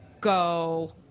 go